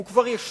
הוא כבר ישנו,